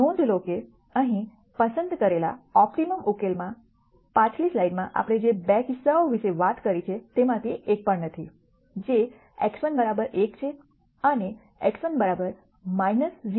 નોંધ લો કે અહીં પસંદ કરેલા ઓપ્ટિમમ ઉકેલમાં પાછલી સ્લાઇડમાં આપણે જે 2 કિસ્સાઓ વિશે વાત કરી છે તેમાંથી એક પણ નથી જે x1 1 છે અને x1 0